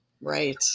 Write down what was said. Right